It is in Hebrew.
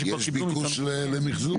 יש ביקוש למחזור?